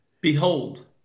Behold